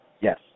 Yes